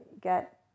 get